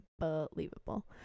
unbelievable